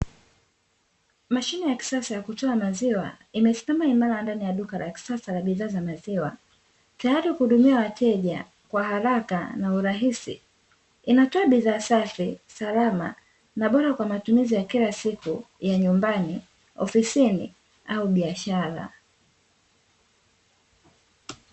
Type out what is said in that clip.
Mashine ya kisasa ya kutoa maziwa, imesimama imara ndani ya duka la kisasa la bidhaa za maziwa, tayari kuhudumia wateja kwa haraka na urahisi, inatoa bidhaa safi, salama na bora kwa matumizi ya kila siku ya nyumbani, ofisini au biashara.